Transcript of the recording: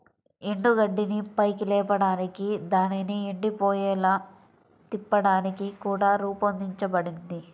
ఎండుగడ్డిని పైకి లేపడానికి దానిని ఎండిపోయేలా తిప్పడానికి కూడా రూపొందించబడింది